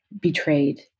betrayed